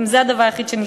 אם זה הדבר היחיד שנשאר?